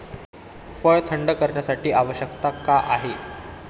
फळ थंड करण्याची आवश्यकता का आहे?